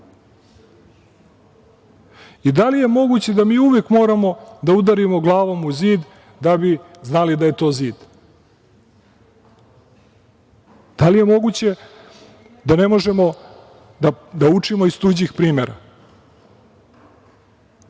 li je moguće da mi uvek moramo da udarimo glavom u zid da bi znali da je to zid? Da li je moguće da ne možemo da učimo iz tuđih primera? Slažem